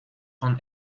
von